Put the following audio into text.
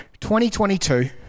2022